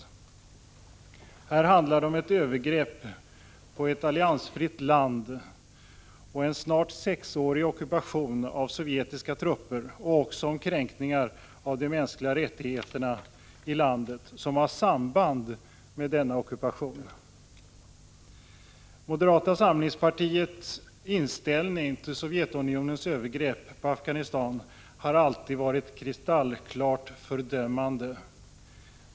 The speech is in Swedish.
Vad beträffar Afghanistanfrågan handlar det här om ett övergrepp på ett alliansfritt land, om en snart sexårig ockupation av sovjetiska trupper och också om kränkningar av de mänskliga rättigheterna i landet som har samband med ockupationen. Moderata samlingspartiets inställning till Sovjetunionens övergrepp på Afghanistan har alltid varit kristallklart fördömande.